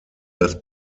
das